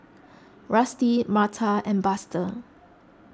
Rusty Marta and Buster